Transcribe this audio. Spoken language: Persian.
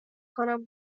کنم